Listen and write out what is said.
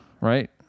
right